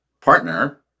partner